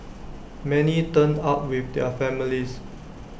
many turned up with their families